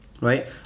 right